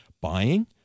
buying